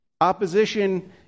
Opposition